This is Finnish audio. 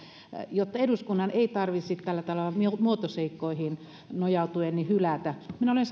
jotta eduskunnan ei tarvitsisi tällä tavalla muotoseikkoihin nojautuen hylätä minä olen